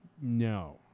No